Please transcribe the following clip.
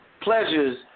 pleasures